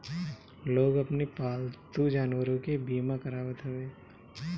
लोग अपनी पालतू जानवरों के बीमा करावत हवे